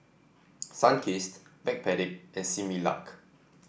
Sunkist Backpedic and Similac